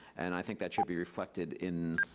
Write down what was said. and i think that should be reflected in